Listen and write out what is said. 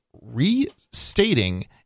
restating